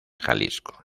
jalisco